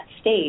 state